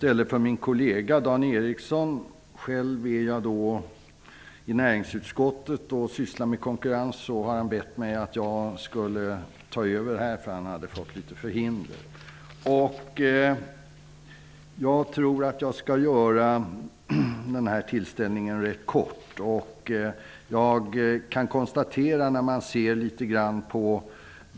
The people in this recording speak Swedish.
Herr talman! Dan Eriksson i Stockholm har bett mig att ta över här i kammaren. Han har nämligen fått förhinder. Själv sitter jag med i näringsutskottet och sysslar med konkurrens. Jag tänker fatta mig rätt kort.